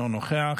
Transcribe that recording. אינו נוכח,